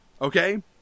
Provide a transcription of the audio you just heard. Okay